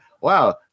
wow